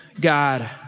God